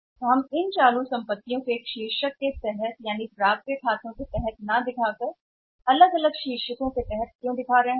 तो हम ये सब क्यों दिखाते हैं वर्तमान संपत्ति एक सिर के नीचे नहीं है जो प्राप्य है लेकिन हम इसे अलग के तहत दिखाते हैं हेड का कहना प्राप्य है